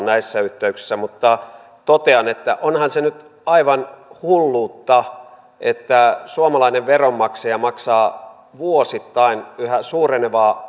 näissä yhteyksissä mutta totean että onhan se nyt aivan hulluutta että suomalainen veronmaksaja maksaa vuosittain yhä suurenevaa